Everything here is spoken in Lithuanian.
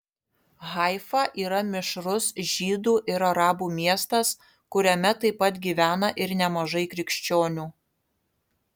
haifa yra mišrus žydų ir arabų miestas kuriame taip pat gyvena ir nemažai krikščionių